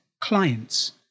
clients